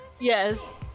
Yes